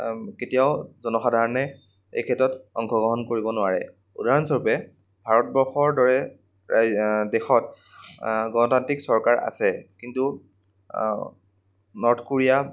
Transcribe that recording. কেতিয়াও জনসাধাৰণে এই ক্ষেত্ৰত অংশগ্ৰহণ কৰিব নোৱাৰে উদাহৰণস্বৰূপে ভাৰতবৰ্ষৰ দৰে ৰাজ্য দেশত গণতান্ত্ৰিক চৰকাৰ আছে কিন্তু নৰ্থ কোৰিয়া